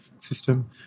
system